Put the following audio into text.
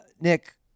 nick